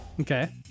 Okay